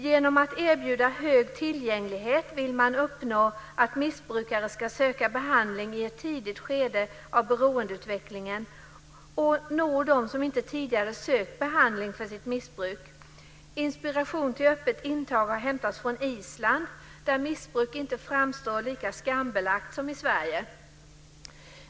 Genom att erbjuda hög tillgänglighet vill man uppnå att missbrukare ska söka behandling i ett tidigt skede av beroendeutvecklingen och nå dem som inte tidigare sökt behandling för sitt missbruk. Inspiration till öppet intag har hämtats från Island där missbruk inte framstår som lika skambelagt som i Sverige.